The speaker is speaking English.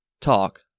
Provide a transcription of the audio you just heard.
talk